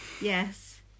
Yes